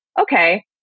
okay